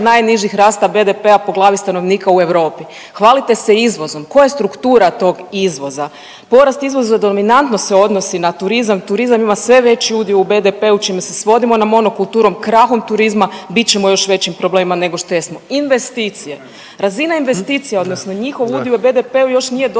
najnižih rasta BDP-a po glavi stanovnika u Europi. Hvalite se izvozom, koja je struktura tog izvoza? Poraz izvoza dominantno se odnosi na turizam, turizam ima sve veći udio u BDP-u čime se svodimo na monokulturu, krahom turizma bit ćemo u još većim problemima nego što jesmo. Investicije, razina investicija odnosno njihov udio u BDP-u još nije dosegao